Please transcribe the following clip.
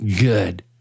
good